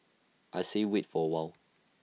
I say wait for while